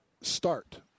start